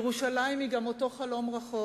ירושלים היא גם אותו חלום רחוק